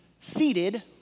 seated